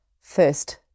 first